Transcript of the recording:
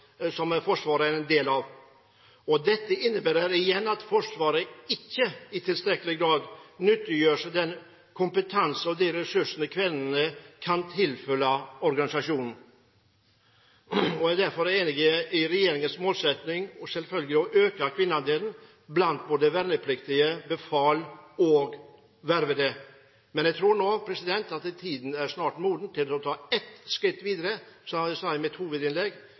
Forsvaret er en del av. Dette innebærer igjen at Forsvaret ikke i tilstrekkelig grad nyttegjør seg den kompetanse og de ressursene kvinnene kan tilføre organisasjonen. Jeg er derfor enig i regjeringens målsetting om å øke kvinneandelen blant både vernepliktige, befal og vervede. Men jeg tror nå tiden snart er moden til å ta et skritt videre og innføre verneplikt for begge kjønn. Først vil jeg